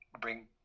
bring